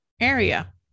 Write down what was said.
area